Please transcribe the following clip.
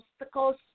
obstacles